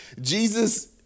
Jesus